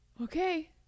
okay